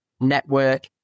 network